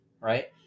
right